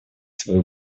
свою